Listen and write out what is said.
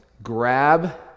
grab